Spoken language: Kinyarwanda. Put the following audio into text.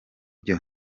byo